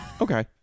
Okay